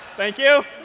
thank you.